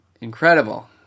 incredible